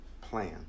plan